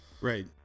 Right